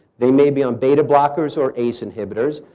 they may be on beta blockers or ace inhibitors.